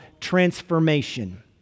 transformation